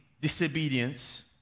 disobedience